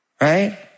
right